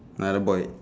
uh the boy